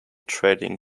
trading